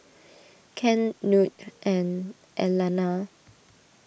Ken Knute and Elana